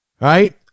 Right